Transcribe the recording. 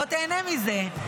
בוא תהנה מזה.